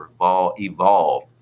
evolve